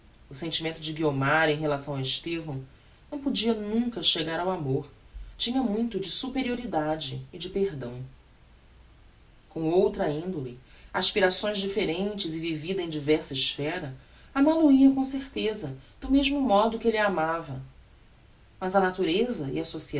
o sentimento de guiomar em relação a estevão não podia nunca chegar ao amor tinha muito de superioridade e perdão com outra indole aspirações differentes e vivida em diversa esphera ama lo hia com certeza do mesmo modo que elle a amava mas a natureza